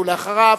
ואחריו,